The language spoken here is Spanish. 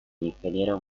ingeniero